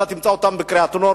אתה תמצא אותם בקריית-נורדאו,